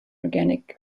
organic